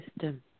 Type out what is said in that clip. system